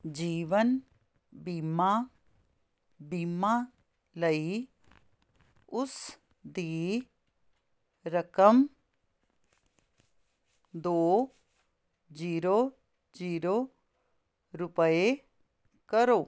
ਜੀਵਨ ਬੀਮਾ ਬੀਮਾ ਲਈ ਉਸ ਦੀ ਰਕਮ ਦੋ ਜ਼ੀਰੋ ਜ਼ੀਰੋ ਰੁਪਏ ਕਰੋ